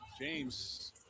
James